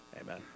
amen